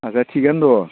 आच्चा थिकानो दं